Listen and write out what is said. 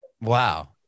Wow